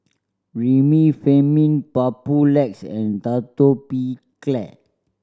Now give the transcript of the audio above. Remifemin Papulex and Atopiclair